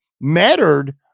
mattered